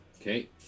Okay